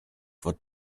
for